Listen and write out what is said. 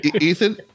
Ethan